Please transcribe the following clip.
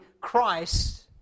Christ